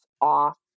off